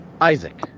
isaac